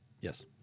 Yes